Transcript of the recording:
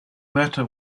matter